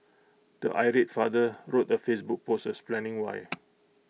the irate father wrote A Facebook post explaining why